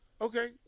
Okay